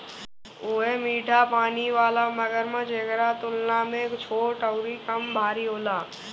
उहे मीठा पानी वाला मगरमच्छ एकरा तुलना में छोट अउरी कम भारी होला